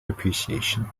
appreciation